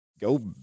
Go